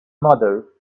mother